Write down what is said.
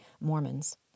Mormons